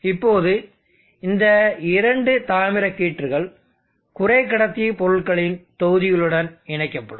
இப்போது இந்த இரண்டு தாமிர கீற்றுகள் குறை கடத்தி பொருட்களின் தொகுதிகளுடன் இணைக்கப்படும்